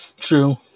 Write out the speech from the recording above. True